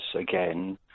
again